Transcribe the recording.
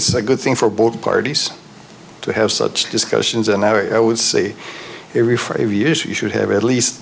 it's a good thing for both parties to have such discussions and i would say every four years you should have at least